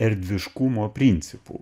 erdviškumo principu